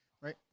right